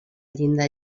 llinda